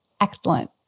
Excellent